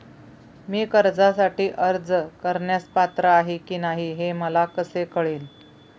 मी कर्जासाठी अर्ज करण्यास पात्र आहे की नाही हे मला कसे कळेल?